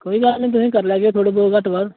कोई गल्ल नीं करी लैगे थोह्ड़े बहुत घट्ट बद्ध